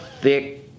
thick